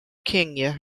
kenya